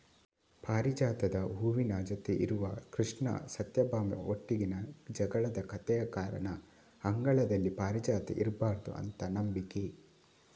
ಪಾರಿಜಾತದ ಹೂವಿನ ಜೊತೆ ಇರುವ ಕೃಷ್ಣ ಸತ್ಯಭಾಮೆ ಒಟ್ಟಿಗಿನ ಜಗಳದ ಕಥೆಯ ಕಾರಣ ಅಂಗಳದಲ್ಲಿ ಪಾರಿಜಾತ ಇರ್ಬಾರ್ದು ಅಂತ ನಂಬಿಕೆ